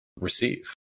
receive